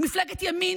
היא מפלגת ימין,